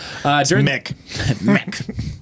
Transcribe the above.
Mick